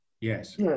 Yes